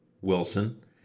Wilson